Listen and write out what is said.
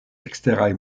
eksteraj